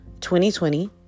2020